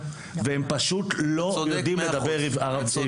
והם פשוט לא יודעים לדבר עברית.